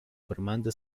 formando